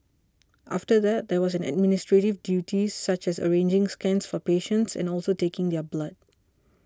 after that there was administrative duties such as arranging scans for patients and also taking their blood